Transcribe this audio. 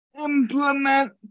implement